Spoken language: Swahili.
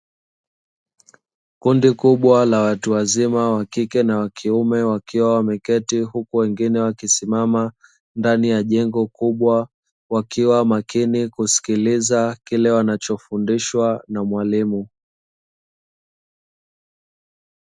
Kundi kubwa la watu wazima, wa kike na wa kiume, wakiwa wameketi huku wengine wakisimama ndani ya jengo kubwa, wakiwa makini kusikiliza kile wanachofundishwa na mwalimu.